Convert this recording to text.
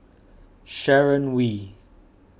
Sharon Wee